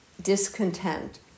discontent